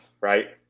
right